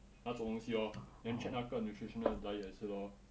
那种东西 lor then check 那个 nutritional diet 也是 lor